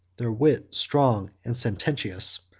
their wit strong and sententious,